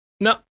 No